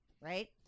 right